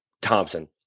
thompson